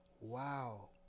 Wow